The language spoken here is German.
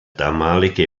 damalige